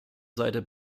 seite